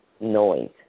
noise